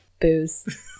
Booze